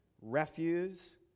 refuse